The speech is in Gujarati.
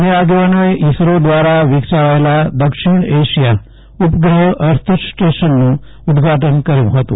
બને આગેવાનોએ ઇસરો વ્રારા વિકસાવાયેલા દક્ષિણ એશિયા ઉપગ્રહ અર્થ સ્ટેશનનું ઉદધાટન કર્યું હતું